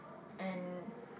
and